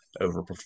overperform